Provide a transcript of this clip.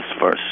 first